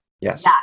Yes